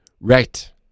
Right